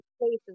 places